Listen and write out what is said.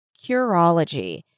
Curology